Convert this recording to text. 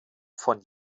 von